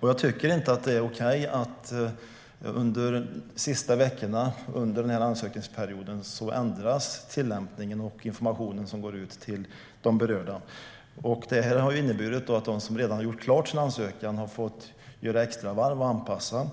Jag tycker inte att det är okej att tillämpningen och den information som går ut till de berörda ändras under de sista veckorna av ansökningsperioden. Det har inneburit att de som redan gjort sin ansökan fått göra extravarv och anpassa sig.